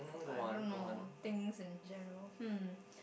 I don't know things in general hmm